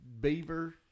beaver